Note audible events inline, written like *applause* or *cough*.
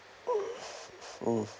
*noise* hmm